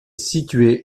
située